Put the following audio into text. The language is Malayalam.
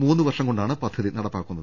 മൂന്ന് വർഷം കൊണ്ടാണ് പദ്ധതി നടപ്പാക്കുന്നത്